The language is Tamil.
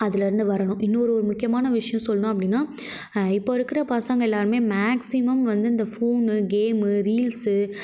அதிலருந்து வரணும் இன்னொரு ஒரு முக்கியமான விஷயம் சொல்லணும் அப்படினா இப்போது இருக்கிற பசங்கள் எல்லாேருமே மேக்ஸிமம் வந்து இந்த ஃபோனு கேமு ரீல்ஸு